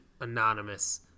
anonymous